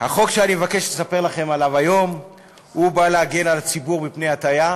החוק שאני מבקש לספר לכם עליו היום בא להגן על הציבור מפני הטעיה